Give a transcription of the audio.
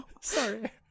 Sorry